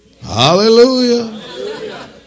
Hallelujah